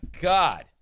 God